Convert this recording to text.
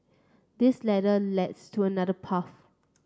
this ladder lets to another path